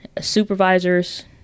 supervisors